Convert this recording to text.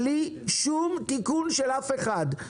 בלי שום תיקון של אף אחד,